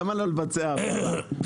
למה לא לבצע העברה?